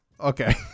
Okay